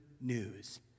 news